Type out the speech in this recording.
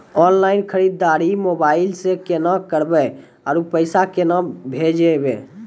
Online खरीददारी mobile से केना करबै, आरु पैसा केना भेजबै?